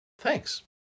thanks